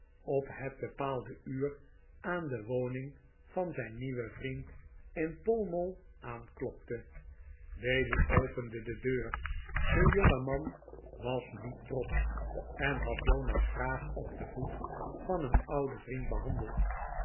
op het bepaalde uur aan de woning van zijn nieuwen vriend in pall mall aanklopte bailey opende de deur de jongeman was niet trotsch en had jonas graag op den voet van een ouden vriend behandeld